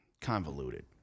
convoluted